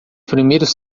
primeiros